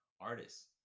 artists